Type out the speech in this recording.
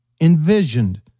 envisioned